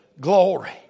glory